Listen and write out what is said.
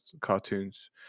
cartoons